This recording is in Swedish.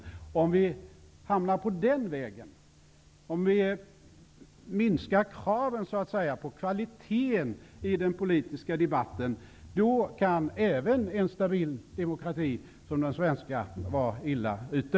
Om vi hamnar på den vägen, och om vi så att säga minskar kraven på kvaliteten i den politiska debatten, kan även en stabil demokrati som den svenska vara illa ute.